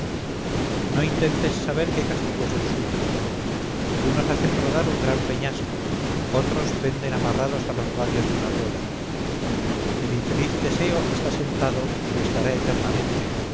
no intentes saber qué castigo es el suyo unos hacen rodar un gran peñasco otros penden amarrados a los radios de una rueda el infeliz teseo está sentado y lo estará eternamente